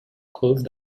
closed